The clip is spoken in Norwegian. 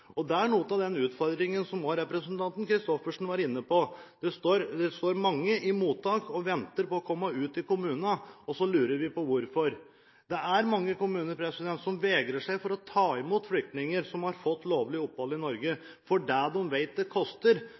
integreringspolitikk der kommunene får langt mindre penger for å integrere flyktninger enn det det faktisk koster. Dette er noe av den utfordringen som også representanten Christoffersen var inne på. Det står mange i mottak og venter på å komme ut i kommunene – og så lurer vi på hvorfor! Mange kommuner vegrer seg mot å ta imot flyktninger som har fått lovlig opphold i